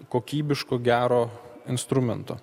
kokybiško gero instrumento